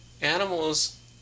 animals